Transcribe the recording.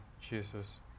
Jesus